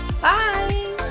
Bye